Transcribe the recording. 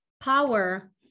power